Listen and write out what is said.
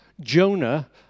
Jonah